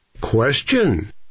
Question